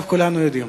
עכשיו כולנו יודעים.